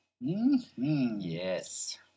Yes